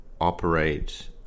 operate